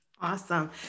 Awesome